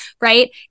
right